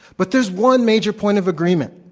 but there's one major point of agreement,